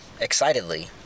excitedly